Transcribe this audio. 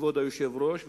כבוד היושב-ראש,